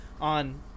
on